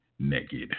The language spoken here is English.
naked